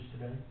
today